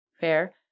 fair